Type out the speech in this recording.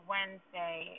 Wednesday